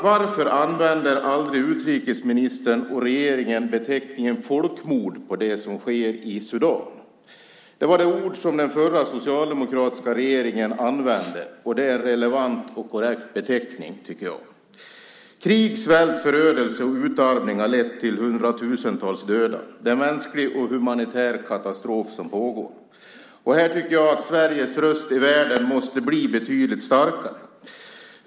Varför använder aldrig utrikesministern och regeringen beteckningen folkmord på det som sker i Sudan? Det var det ord som den förra socialdemokratiska regeringen använde, och det är en relevant och korrekt beteckning. Krig, svält, förödelse och utarmning har lett till hundratusentals döda. Det är en pågående mänsklig och humanitär katastrof. Här tycker jag att Sveriges röst i världen måste bli betydligt starkare.